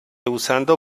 usando